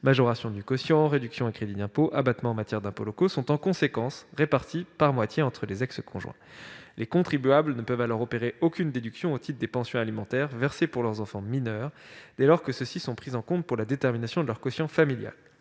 majorations du quotient, réductions et crédits d'impôt, abattements en matière d'impôts locaux -sont en conséquence répartis par moitié entre les ex-conjoints. Les contribuables ne peuvent alors opérer aucune déduction au titre des pensions alimentaires versées pour leurs enfants mineurs, dès lors que ceux-ci sont pris en compte pour la détermination de leur quotient familial.